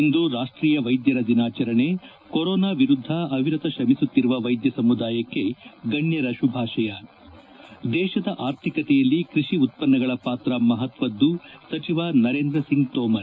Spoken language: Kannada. ಇಂದು ರಾಷ್ಷೀಯ ವೈದ್ಯರ ದಿನಾಚರಣೆ ಕೊರೋನಾ ವಿರುದ್ದ ಅವಿರತ ಶ್ರಮಿಸುತ್ತಿರುವ ವೈದ್ಯ ಸಮುದಾಯಕ್ಕೆ ಗಣ್ಣರ ಶುಭಾಶಯ ದೇಶದ ಆರ್ಥಿಕತೆಯಲ್ಲಿ ಕೃಷಿ ಉತ್ಪನ್ನಗಳ ಪಾತ್ರ ಮಪತ್ವದ್ದು ಸಚಿವ ನರೇಂದ್ರ ಸಿಂಗ್ ತೋಮರ್